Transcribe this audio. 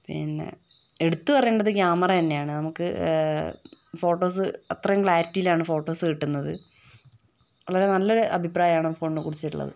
പിന്നെ എടുത്തു പറയേണ്ടത് ക്യാമറ തന്നെയാണ് നമുക്ക് ഫോട്ടോസ് അത്രയും ക്ലാരിറ്റിയിലാണ് ഫോട്ടോസ് കിട്ടുന്നത് വളരെ നല്ലൊരു അഭിപ്രായമാണ് ഫോണിനെ കുറിച്ചുള്ളത്